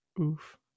Oof